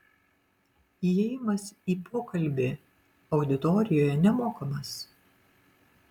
įėjimas į pokalbį auditorijoje nemokamas